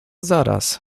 zaraz